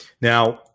Now